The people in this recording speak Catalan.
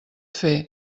fer